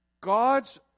God's